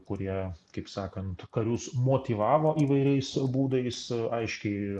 kurie kaip sakant karius motyvavo įvairiais būdais aiškiai